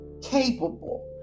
capable